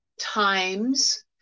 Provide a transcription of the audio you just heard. times